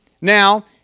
now